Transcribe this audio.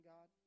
God